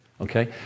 okay